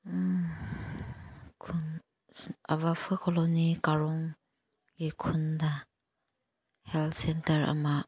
ꯈꯨꯟ ꯑꯕꯐ ꯀꯣꯂꯣꯅꯤ ꯀꯥꯔꯣꯡꯒꯤ ꯈꯨꯟꯗ ꯍꯦꯜꯊ ꯁꯦꯟꯇꯔ ꯑꯃ